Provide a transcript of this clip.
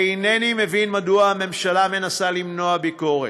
אינני מבין מדוע הממשלה מנסה למנוע ביקורת.